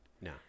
No